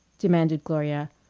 demanded gloria,